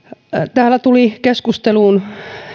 täällä tulivat keskusteluun